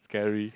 scary